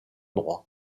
droit